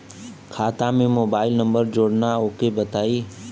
खाता में mobile number जोड़ना ओके बताई?